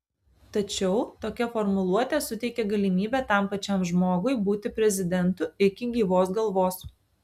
tačiau tokia formuluotė suteikia galimybę tam pačiam žmogui būti prezidentu iki gyvos galvos